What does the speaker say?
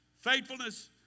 faithfulness